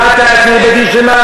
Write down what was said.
אתם עוד לא מכירים אותנו.